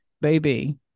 baby